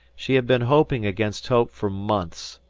she had been hoping against hope for months,